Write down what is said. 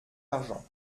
l’argent